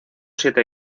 siete